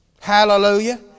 Hallelujah